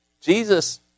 Jesus